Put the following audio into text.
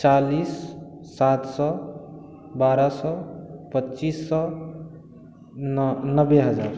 चालिस सात सए बारह सए पच्चीस सए नओ नबे हजार